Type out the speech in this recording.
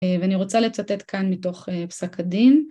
ואני רוצה לצטט כאן מתוך פסק הדין.